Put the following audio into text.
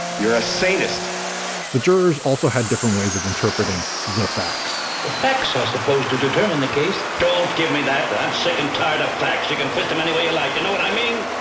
you're a sadist the jurors also had different ways of interpreting the facts the facts are supposed to determine the case. don't give me that. i'm sick and tired of facts. you can twist them any way you like. you know what i mean?